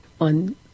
on